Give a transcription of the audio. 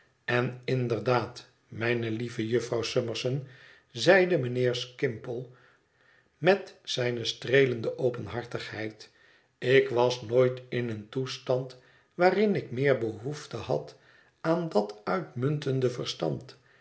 en inderdaad mijne lieve jufvrouw summerson zeide mijnheer skimpole met zijne streelende openhartigheid ik was nooit in een toestand waarin ik meer behoefte had aan dat uitmuntende verstand